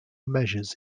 measures